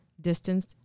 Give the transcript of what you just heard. distance